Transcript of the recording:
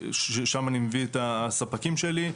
משם אני מביא את הספקים שלי.